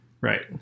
Right